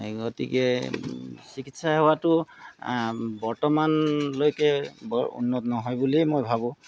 সেই গতিকে চিকিৎসা সেৱাটো বৰ্তমানলৈকে বৰ উন্নত নহয় বুলিয়েই মই ভাবোঁ